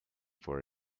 for